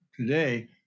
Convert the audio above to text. today